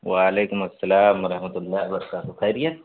وعلیکم السلام و رحمت اللہ و برکاتہ خیریت